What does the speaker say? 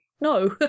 no